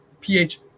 ph